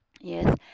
Yes